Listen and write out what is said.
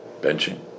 benching